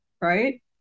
right